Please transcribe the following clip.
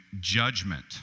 judgment